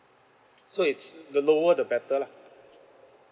so it's the lower the better lah